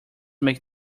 make